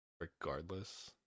regardless